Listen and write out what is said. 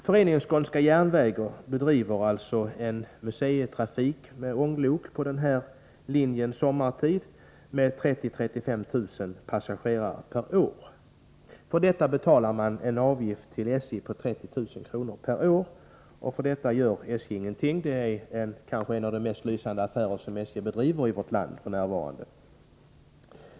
Föreningen Skånska järnvägar bedriver museitrafik med ånglok på den här linjen sommartid med 30 000 å 35 000 passagerare per år. För detta betalar föreningen en avgift till SJ på 30 000 kr. om året. För detta gör SJ ingenting. Det är kanske en av SJ:s mest lysande affärer f.n.